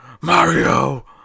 Mario